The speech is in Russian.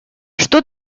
что